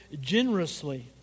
generously